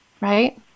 right